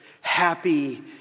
happy